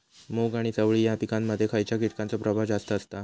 मूग आणि चवळी या पिकांमध्ये खैयच्या कीटकांचो प्रभाव जास्त असता?